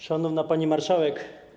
Szanowna Pani Marszałek!